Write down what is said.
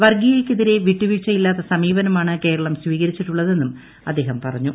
വർഗ്ഗീയതയ്ക്കെതിരെ വിട്ടുവീഴ്ച ഇല്ലാത്ത സമീപനമാണ് കേരളം സ്വീകരിച്ചിട്ടുള്ളതെന്നും അദ്ദേഹം പറഞ്ഞു